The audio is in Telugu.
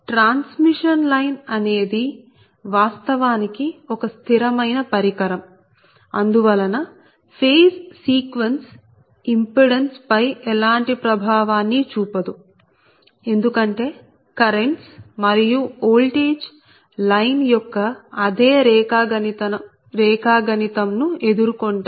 ట్రాన్స్మిషన్ లైన్ అనేది వాస్తవానికి ఒక స్థిరమైన పరికరం అందువలన ఫేజ్ సీక్వెన్స్ ఇంపిడెన్స్ పై ఎలాంటి ప్రభావాన్ని చూపదు ఎందుకంటే కరెంట్స్ మరియు ఓల్టేజ్ లైన్ యొక్క అదే రేఖాగణితం ను ఎదుర్కొంటాయి